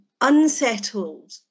unsettled